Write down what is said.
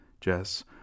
Jess